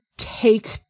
take